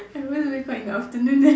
I want to wake up in the afternoon n~